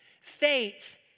Faith